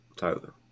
Tyler